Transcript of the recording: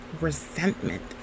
resentment